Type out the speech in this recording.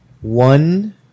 one